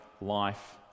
life